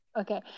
Okay